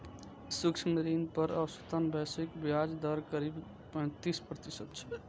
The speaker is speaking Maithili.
सूक्ष्म ऋण पर औसतन वैश्विक ब्याज दर करीब पैंतीस प्रतिशत छै